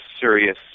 serious